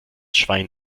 schwein